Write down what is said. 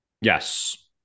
Yes